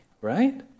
right